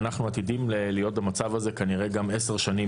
ואנחנו עתידים להיות במצב הזה כנראה גם עשר שנים